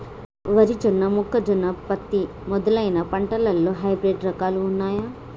వరి జొన్న మొక్కజొన్న పత్తి మొదలైన పంటలలో హైబ్రిడ్ రకాలు ఉన్నయా?